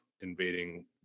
invading